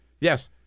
Yes